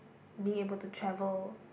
being able to travel